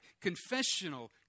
confessional